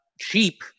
cheap